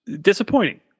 disappointing